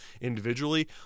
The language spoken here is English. individually